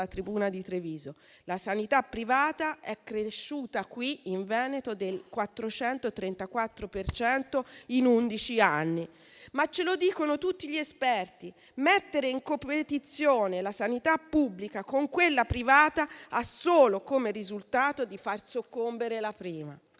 La sanità privata è cresciuta in Veneto del 434 per cento in undici anni, ma - come dicono tutti gli esperti - mettere in competizione la sanità pubblica con quella privata ha solo come risultato di far soccombere la prima.